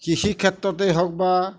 কৃষি ক্ষেত্ৰতেই হওক বা